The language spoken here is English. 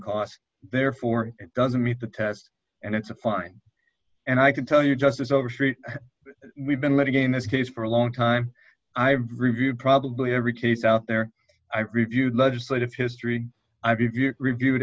costs therefore it doesn't meet the test and it's a fine and i can tell you just as overstreet we've been let again this case for a long time i've reviewed probably every case out there i've reviewed legislative history i've reviewed